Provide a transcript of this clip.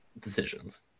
decisions